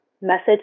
message